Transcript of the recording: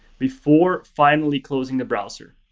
before finally closing the browser.